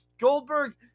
goldberg